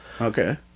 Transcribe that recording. Okay